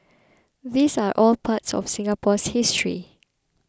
these are all parts of Singapore's history